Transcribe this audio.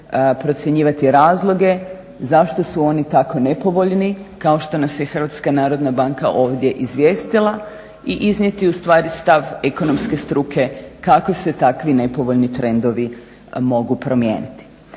procjenjivati razloge zašto su oni tako nepovoljni kao što nas je Hrvatska narodna banka ovdje izvijestila i iznijeti u stvari stav ekonomske struke kako se tako nepovoljni trendovi mogu promijeniti.